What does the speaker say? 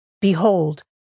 behold